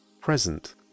present